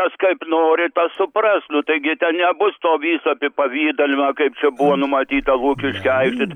kas kaip nori tas supras nu taigi ten nebus to viso apipavidalinimo kaip čia buvo numatyta lukiškių aikštėj